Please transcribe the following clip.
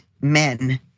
men